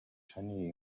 сонин